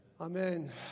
Amen